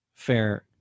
fair